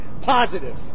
positive